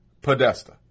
Podesta